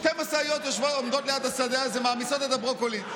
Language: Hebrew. שתי משאיות עומדות ליד השדה הזה ומעמיסות את הברוקולי.